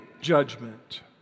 judgment